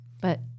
But-